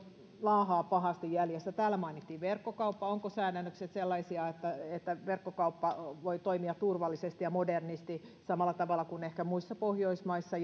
laahaa pahasti jäljessä täällä mainittiin verkkokauppa ovatko säädökset sellaisia että että verkkokauppa voi toimia turvallisesti ja modernisti samalla tavalla kuin ehkä muissa pohjoismaissa